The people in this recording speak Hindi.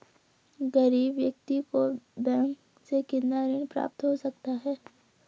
गरीब व्यक्ति को बैंक से कितना ऋण प्राप्त हो सकता है?